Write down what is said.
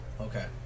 okay